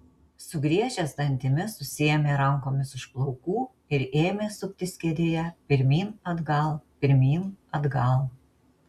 sugriežęs dantimis susiėmė rankomis už plaukų ir ėmė suptis kėdėje pirmyn atgal pirmyn atgal